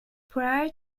prior